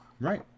Right